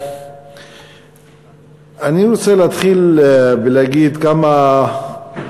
אני רוצה להתחיל ולהגיד כמה דברים